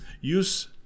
use